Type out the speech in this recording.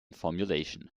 formulation